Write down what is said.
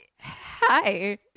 hi